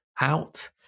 out